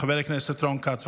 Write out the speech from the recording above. חבר הכנסת רון כץ,